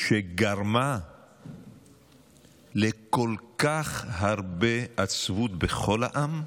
שגרמה לכל כך הרבה עצבות בכל העם?